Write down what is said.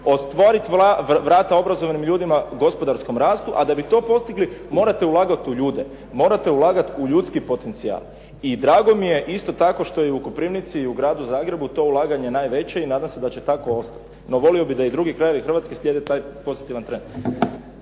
otvoriti vraća obrazovanim ljudima u gospodarskom rastu, a da bi to postigli, morate ulagati u ljude, morate ulagati u ljudski potencijal. I drago mi je isto tako što je i u Koprivnici i u gradu Zagrebu to ulaganje najveće i nadam se da će tako ostati. No, volio bih da i drugi krajevi Hrvatske slijede taj pozitivan trend.